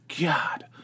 God